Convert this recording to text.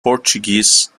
portuguese